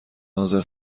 حاضر